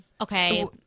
Okay